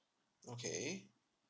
okay